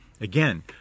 Again